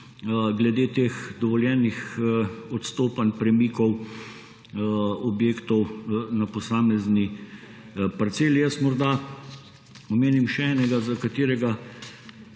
glede teh dovoljenih odstopanj, premikov objektov na posamezni parceli. Morda omenim še eno takšno,